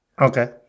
okay